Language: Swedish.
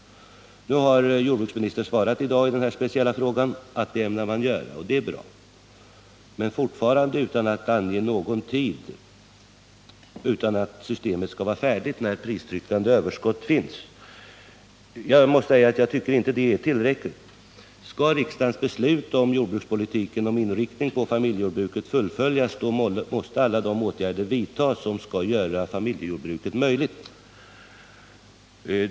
Nu har jordbruksministern i dag i denna speciella fråga svarat att regeringen ämnar göra det, och det är bra, men utan annan tidsangivelse än att systemet skall vara färdigt när ett pristryckande överskott finns. Jag tycker inte att det är tillräckligt. Skall riksdagens beslut om jordbrukspolitiken med inriktning på familjejordbruket fullföljas, måste alla de åtgärder vidtas som gör familjejordbruket möjligt.